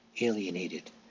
alienated